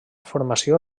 formació